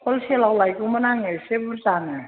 हलसेलाव लायगौमोन आङो एसे बुरजानो